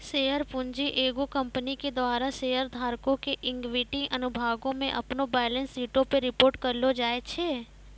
share पूंजी एगो company के द्वारा शेयर धारको के इक्विटी अनुभागो मे अपनो बैलेंस शीटो पे रिपोर्ट करलो जाय छै